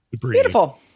Beautiful